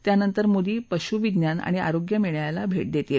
त्यानंतर मोदी हे पशु विज्ञान आणि आरोग्य मेळ्याला भेट देतील